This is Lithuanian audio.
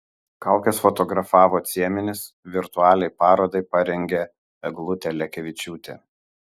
kaukes fotografavo cieminis virtualiai parodai parengė eglutė lekevičiūtė